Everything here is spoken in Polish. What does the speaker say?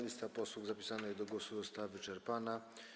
Lista posłów zapisanych do głosu została wyczerpana.